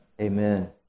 Amen